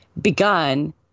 begun